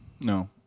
No